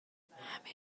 همه